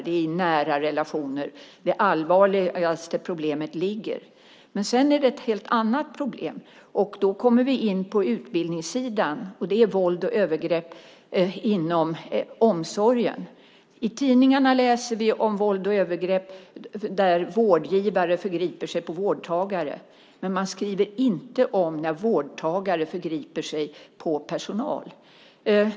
Det är i nära relationer det allvarligaste problemet ligger. Sedan är det ett helt annat problem. Då kommer vi in på utbildningssidan. Det är våld och övergrepp inom omsorgen. I tidningarna läser vi om våld och övergrepp där vårdgivare förgriper sig på vårdtagare, men man skriver inte om när vårdtagare förgriper sig på personal.